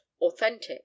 authentic